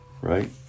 Right